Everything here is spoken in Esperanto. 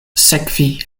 sekvi